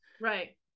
right